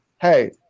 hey